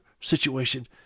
situation